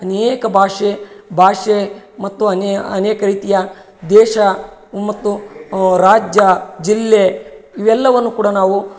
ಅನೇಕ ಭಾಷೆ ಭಾಷೆ ಮತ್ತು ಅನೇ ಅನೇಕ ರೀತಿಯ ದೇಶ ಮತ್ತು ರಾಜ್ಯ ಜಿಲ್ಲೆ ಇವೆಲ್ಲವನ್ನು ಕೂಡ ನಾವು